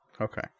okay